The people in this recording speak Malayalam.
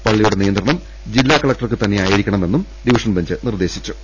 പള്ളിയുടെ നിയന്ത്രണം ജില്ലാ കലക്ടർക്ക് തന്നെയായിരിക്കണമെന്നും ഡിവിഷൻ ബെഞ്ച് നിർദേ ശിച്ചു